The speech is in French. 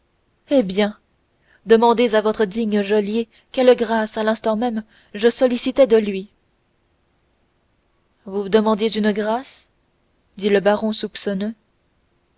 eh bien demandez à votre digne geôlier quelle grâce à l'instant même je sollicitais de lui vous demandiez une grâce dit le baron soupçonneux